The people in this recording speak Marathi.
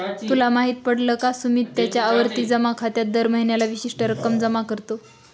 तुला माहित पडल का? सुमित त्याच्या आवर्ती जमा खात्यात दर महीन्याला विशिष्ट रक्कम जमा करतो